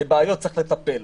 בבעיות צריך לטפל,